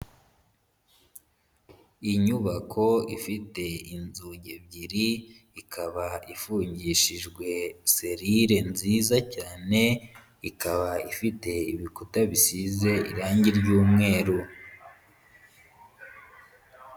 Inyubako ifite inzugi ebyiri, ikaba ifungishijwe serire nziza cyane, ikaba ifite ibikuta bisize irangi ry'umweru.